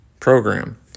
program